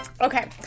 Okay